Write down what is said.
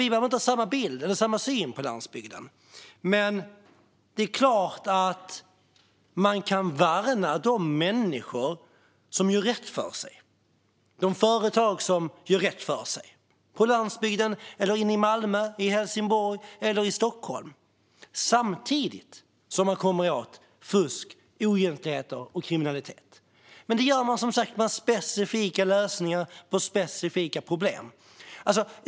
Vi behöver inte ha samma bild av eller samma syn på landsbygden, men det är klart att man kan värna de människor som gör rätt för sig och de företag som gör rätt för sig, på landsbygden och inne i Malmö, Helsingborg och Stockholm, samtidigt som man kommer åt fusk, oegentligheter och kriminalitet. Men det gör man som sagt med specifika lösningar på specifika problem.